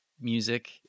music